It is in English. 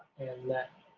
and let,